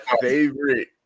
favorite